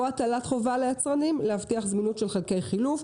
או הטלת חובה על היצרנים להבטיח זמינות של חלקי חילוף,